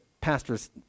pastors